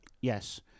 Yes